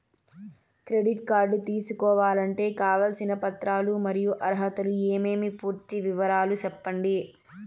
Credit card తీసుకోవాలంటే కావాల్సిన పత్రాలు మరియు అర్హతలు ఏమేమి పూర్తి వివరాలు సెప్పండి?